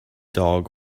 dog